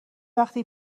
وقتی